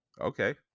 Okay